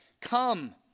Come